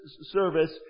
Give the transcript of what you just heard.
service